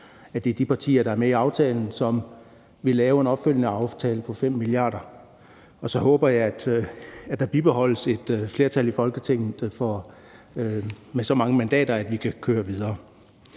at det er de partier, der er med i aftalen, som vil lave en opfølgende aftale om 5 mia. kr. Og så håber jeg, at der bibeholdes et flertal i Folketinget med så mange mandater, at vi kan køre videre.